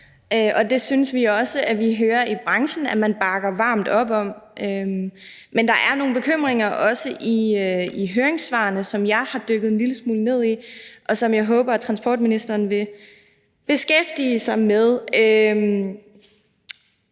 og det synes vi også vi hører i branchen at man bakker varmt op om. Men der er også nogle bekymringer i høringssvarene, som jeg har dykket en lille smule ned i, og som jeg håber at transportministeren vil beskæftige sig med.